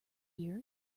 years